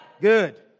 Good